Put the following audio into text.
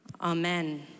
Amen